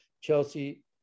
Chelsea